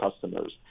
customers